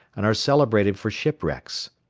and are celebrated for shipwrecks.